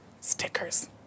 stickers